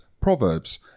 proverbs